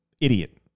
Idiot